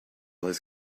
has